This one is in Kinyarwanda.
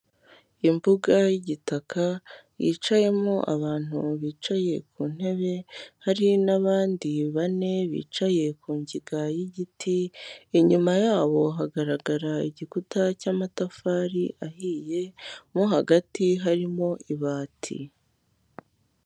Imbuga y'igitaka yicayemo abantu bicaye ku ntebe, hari n'abandi bane bicaye kungiga y'igiti, inyuma yabo hagaragara igikuta cy'amatafari ahiye mo hagati harimo ibati.